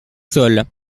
sol